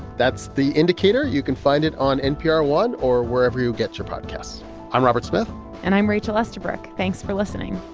that's the indicator. you can find it on npr one or wherever you get your podcasts i'm robert smith and i'm rachel estabrook. thanks for listening